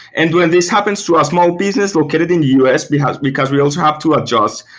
and when this happens to us, more business located in the u s. because because we also have to adjust,